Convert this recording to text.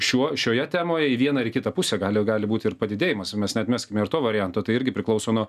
šiuo šioje temoj į vieną ar kitą pusę gali gali būt ir padidėjimas ir mes neatmeskim ir to varianto tai irgi priklauso nuo